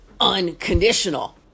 unconditional